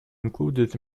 included